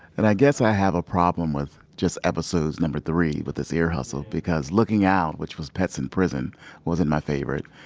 and i guess i have a problem with just episodes number three with this ear hustle, because looking out, which was pets in prison wasn't my favorite.